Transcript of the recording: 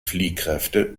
fliehkräfte